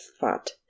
fat